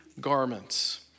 garments